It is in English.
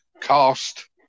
cost